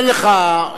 אין לך לסכם,